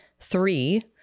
three